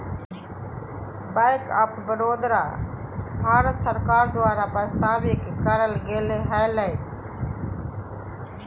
bank of Baroda, Bharat सरकार द्वारा प्रस्तावित करल गेले हलय